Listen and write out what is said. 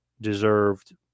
deserved